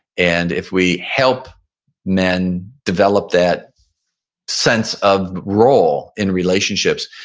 and if we help men develop that sense of role in relationships,